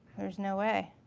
there's no way.